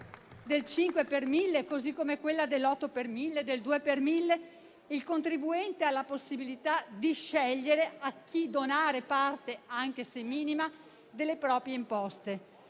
del 5 per mille, così come quella dell'8 per mille e del 2 per mille, il contribuente ha la possibilità di scegliere a chi donare parte, anche se minima, delle proprie imposte.